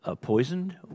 poisoned